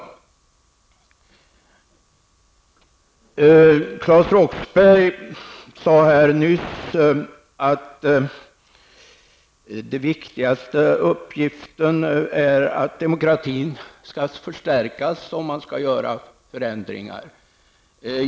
Claes Roxbergh sade här nyss att den viktigaste uppgiften är att demokratin skall förstärkas, om man skall göra förändringar.